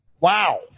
Wow